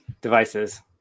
devices